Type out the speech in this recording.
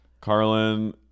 Carlin